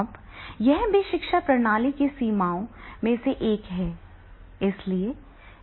अब यह भी शिक्षा प्रणाली की सीमाओं में से एक है